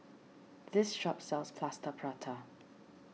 this shop sells Plaster Prata